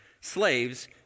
Slaves